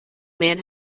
man